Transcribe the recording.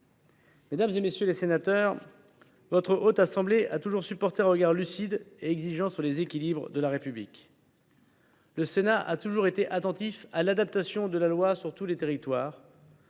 Mesdames, messieurs les sénateurs, votre Haute Assemblée a toujours su porter un regard lucide et exigeant sur les équilibres constitutifs de notre République. Elle a toujours été attentive à l’adaptation du droit sur tous les territoires,